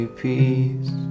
peace